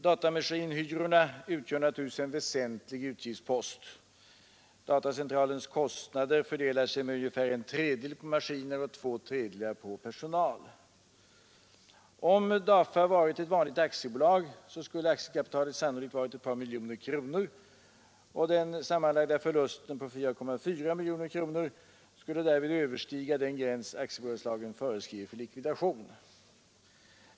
Datamaskinhyrorna utgör naturligtvis en väsentlig utgiftspost. Datacentralens kostnader fördelar sig med ungefär en tredjedel på maskiner och två tredjedelar på personal. Om DAFA varit ett vanligt aktiebolag, skulle aktiekapitalet sannolikt varit ett par miljoner kronor, och den sammanlagda förlusten, 4,4 miljoner kronor, skulle därmed överskrida den gräns aktiebolagslagen föreskriver för likvidation.